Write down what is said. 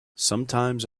sometimes